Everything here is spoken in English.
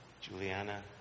Juliana